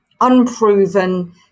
unproven